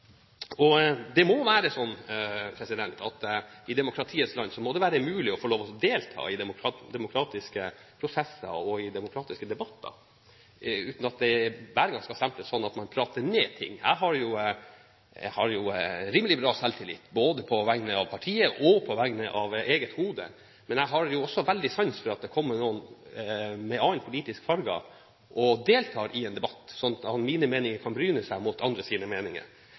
I demokratiets land må det være mulig å få lov til å delta i demokratiske prosesser og debatter uten at det hver gang skal stemples som at man prater ned ting. Jeg har rimelig bra selvtillit både på vegne av partiet og på vegne av eget hode, men jeg har jo også veldig sans for at det kommer noen med en annen politisk farge og deltar i en debatt, slik at mine meninger kan bryne seg mot andres meninger.